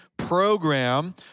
program